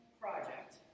project